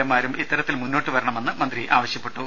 എമാരും ഇത്തരത്തിൽ മുന്നോട്ട് വരണമെന്ന് മന്ത്രി ആവശ്യപ്പെട്ടു